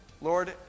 Lord